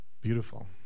Beautiful